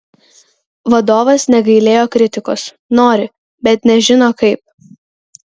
vadovas negailėjo kritikos nori bet nežino kaip